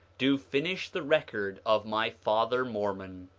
do finish the record of my father, mormon.